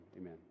amen